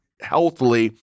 healthily